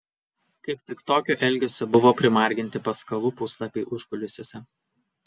kaip tik tokio elgesio buvo primarginti paskalų puslapiai užkulisiuose